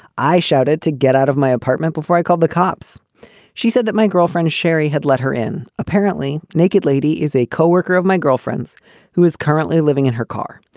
i shouted to get out of my apartment before i called the cops she said that my girlfriend sherry had let her in. apparently naked lady is a co-worker of my girlfriend's who is currently living in her car.